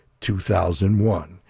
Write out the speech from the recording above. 2001